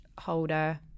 holder